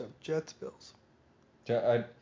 Jets-Bills